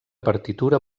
partitura